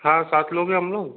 हाँ सात लोग है हम लोग